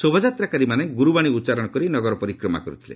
ଶୋଭାଯାତ୍ରାକାରୀମାନେ ଗୁରୁବାଣୀ ଉଚ୍ଚାରଣ କରି ନଗର ପରିକ୍ରମା କରିଥିଲେ